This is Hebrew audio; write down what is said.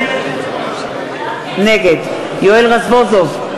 נגד יואל רזבוזוב,